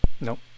Nope